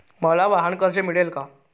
मला वाहनकर्ज मिळेल का?